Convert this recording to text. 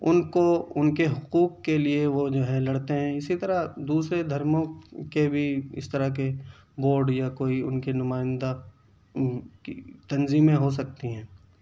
ان کو ان کے حقوق کے لیے وہ جو ہیں لڑتے ہیں اسی طرح دوسرے دھرموں کے بھی اس طرح کے بورڈ یا کوئی ان کی نمائندہ تنظیمیں ہو سکتی ہیں